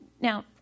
now